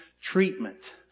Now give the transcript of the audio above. treatment